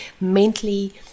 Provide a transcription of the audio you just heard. mentally